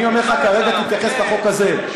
אני אומר לך כרגע, תתייחס לחוק הזה.